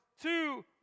two